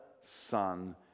Son